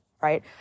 Right